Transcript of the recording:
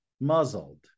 muzzled